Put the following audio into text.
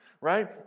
right